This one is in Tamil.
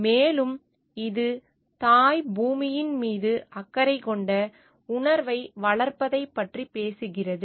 மேலும் இது தாய் பூமியின் மீது அக்கறை கொண்ட உணர்வை வளர்ப்பதைப் பற்றி பேசுகிறது